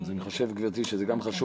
אז אני חושב, גבירתי, שזה גם חשוב.